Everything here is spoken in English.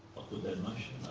that motion.